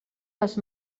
les